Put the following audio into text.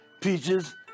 peaches